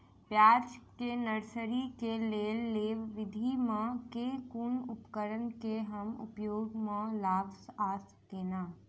प्याज केँ नर्सरी केँ लेल लेव विधि म केँ कुन उपकरण केँ हम उपयोग म लाब आ केना?